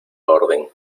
orden